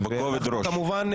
כמובן,